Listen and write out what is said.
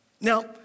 Now